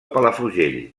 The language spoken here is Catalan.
palafrugell